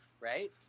right